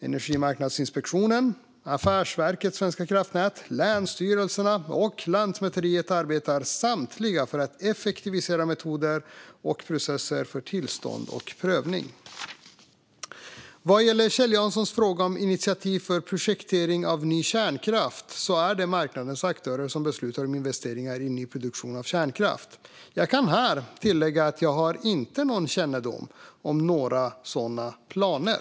Energimarknadsinspektionen, Affärsverket svenska kraftnät, länsstyrelserna och Lantmäteriet arbetar samtliga för att effektivisera metoder och processer för tillstånd och prövning. Vad gäller Kjell Janssons fråga om initiativ för projektering av ny kärnkraft är det marknadens aktörer som beslutar om investeringar i ny produktion av kärnkraft. Jag kan här tillägga att jag inte har någon kännedom om några sådana planer.